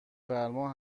فرما